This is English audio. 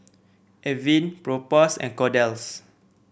Avene Propass and Kordel's